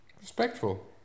respectful